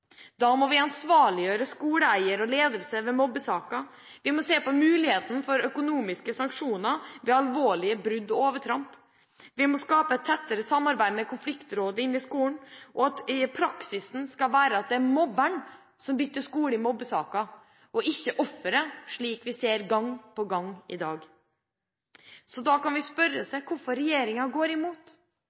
Da må vi i mobbesaker ansvarliggjøre skoleeiere og ledelse. Vi må se på muligheten for økonomiske sanksjoner ved alvorlige brudd og overtramp. Vi må skape tettere samarbeid med konfliktrådet inn mot skolen. Praksis skal være at det er mobberen som bytter skole i mobbesaker, ikke offeret – slik vi i dag ser gang på gang. Da kan vi spørre hvorfor regjeringa går imot.